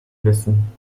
wissen